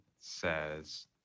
says